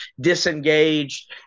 disengaged